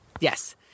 Yes